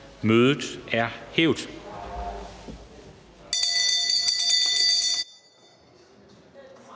Mødet er hævet.